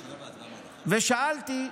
ושאלתי,